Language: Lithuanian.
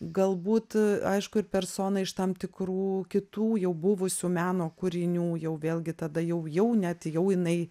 galbūt aišku ir persona iš tam tikrų kitų jau buvusių meno kūrinių jau vėlgi tada jau jau net jau jinai